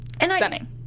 Stunning